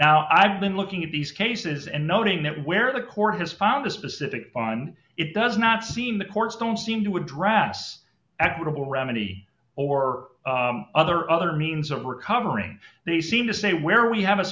now i've been looking at these cases and noting that where the court has found the specific on it does not seem the courts don't seem to address equitable remedy or other other means of recovering they seem to say where we have a